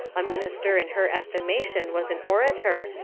a minister in her estimation was an orator,